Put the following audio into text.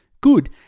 good